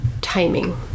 timing